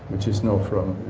which is known from